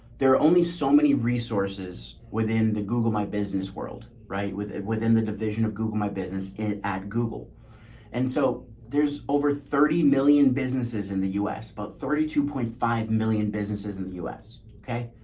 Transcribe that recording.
there are only so many resources within the google my business world, right with within the division of google, my business it at google and so there's over thirty million businesses in the u s but thirty two point five million businesses in the u s okay.